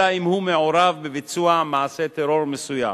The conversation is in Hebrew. אלא אם כן הוא מעורב בביצוע מעשה טרור מסוים.